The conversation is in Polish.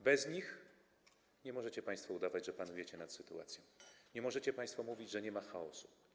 Bez nich nie możecie państwo udawać, że panujecie nad sytuacją, nie możecie państwo mówić, że nie ma chaosu.